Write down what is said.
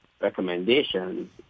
recommendations